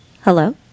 Hello